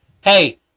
hey